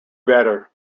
better